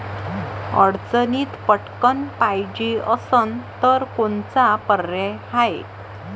अडचणीत पटकण पायजे असन तर कोनचा पर्याय हाय?